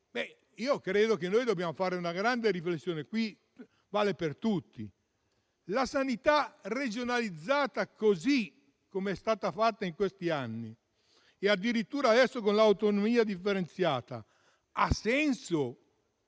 Credo che dobbiamo fare una grande riflessione e questo vale per tutti. La sanità regionalizzata, così com'è stata fatta in questi anni, e addirittura adesso con l'autonomia differenziata, ha senso?